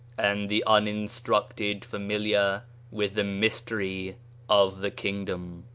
and the uninstructed familiar with the mystery of the kingdom.